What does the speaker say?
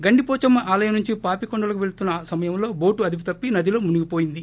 గండిపోచమ్మ ఆలయం నుంచి పాపికొండలకు పెళ్తున్న సమయంలో బోటు అదుపుతప్పి నదిలో మునిగిహోయింది